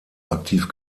aktiv